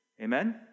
Amen